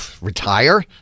retire